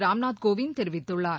ராம்நாத் கோவிந்த் தெரிவித்துள்ளார்